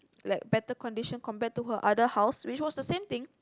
like better condition compared to her other house which was the same thing